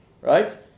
Right